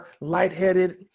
lightheaded